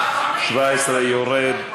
17, יורד.